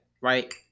right